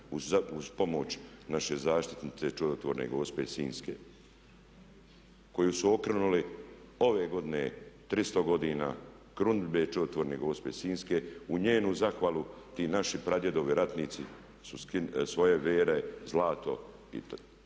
uz pomoć naše zaštitnice čudotvorne gospe sinjske koju su okrunili ove godine, 300. godina krunidbe čudotvorne gospe sinjske u njenu zahvalu. Ti naši pradjedovi ratnici su skinuli svoje vere, zlato i to je